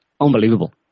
unbelievable